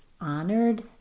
honored